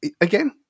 Again